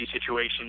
situation